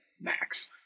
max